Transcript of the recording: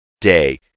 day